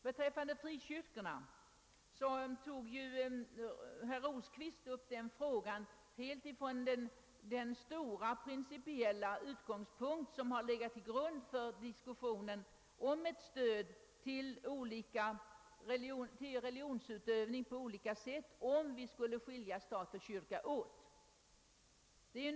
Herr Rosqvist tog upp frågan om frikyrkorna helt från den principiella utgångspunkt som ligger till grund för diskussionen om ett stöd i olika former till religionsutövning för den händelse vi beslutar skilja stat och kyrka åt.